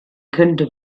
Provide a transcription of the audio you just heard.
könnte